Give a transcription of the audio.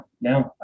no